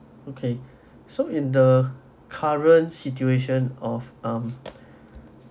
okay so in the current situation of um